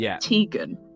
Tegan